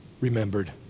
remembered